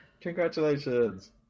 Congratulations